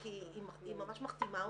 כי היא ממש מכתימה אותן,